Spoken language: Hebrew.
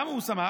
למה הוא שמח?